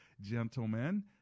Gentlemen